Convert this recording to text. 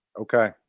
Okay